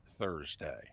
Thursday